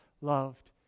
loved